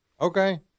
Okay